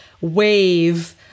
wave